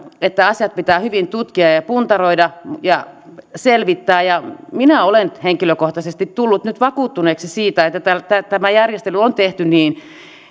että asiat pitää hyvin tutkia ja ja puntaroida ja selvittää ja minä olen henkilökohtaisesti tullut nyt vakuuttuneeksi siitä että tämä järjestely on tehty niin